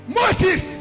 moses